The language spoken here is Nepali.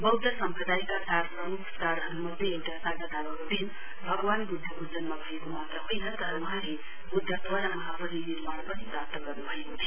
बौद्ध सम्प्रदायका चार प्रम्ख चाढहरूमध्ये एउटा सागा दावाको दिन भगवान् बुद्धको जन्म भएको मात्र होइन तर वहाँले बुधत्व र महापरिनिर्वाण पनि प्राप्त गर्न् भएको थियो